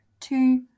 two